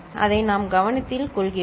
அதை நாம் கவனத்தில் கொள்கிறோம்